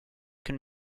can